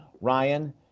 Ryan